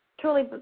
truly